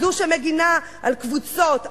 זו שמגינה על קבוצות,